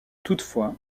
toutefois